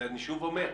ושוב אני אומר,